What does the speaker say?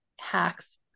hacks